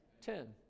Ten